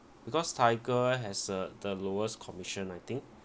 because tiger has err the lowest commission I think